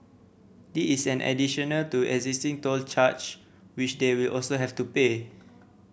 this is in additional to existing toll charge which they will also have to pay